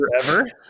forever